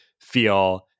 feel